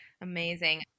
amazing